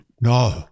No